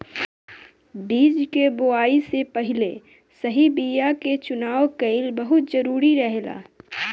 बीज के बोआई से पहिले सही बीया के चुनाव कईल बहुत जरूरी रहेला